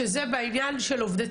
שזה בענין של עובדי